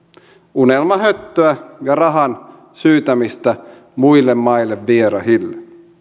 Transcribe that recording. unelmahöttöä ja rahan syytämistä muille maille vierahille